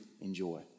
enjoy